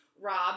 Rob